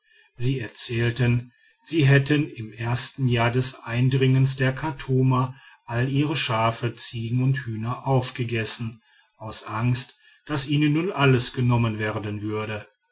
sie erzählten sie hätten im ersten jahr des eindringens der chartumer alle ihre schafe ziegen und hühner aufgegessen aus angst daß ihnen nun alles genommen werden würde